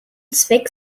zweck